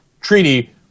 treaty